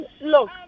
Look